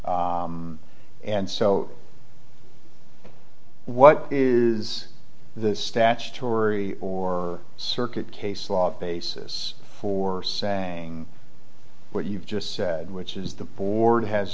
and so what is this statutory or circuit case law basis for saying what you've just said which is the board has